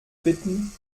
bitten